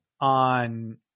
on